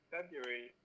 February